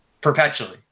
perpetually